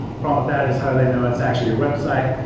problem with that is how they know it's actually your website.